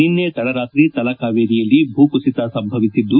ನಿನ್ನೆ ತಡರಾತ್ರಿ ತಲಕಾವೇರಿಯಲ್ಲಿ ಭೂಕುಸಿತ ಸಂಭವಿಸಿದ್ದು